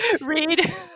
read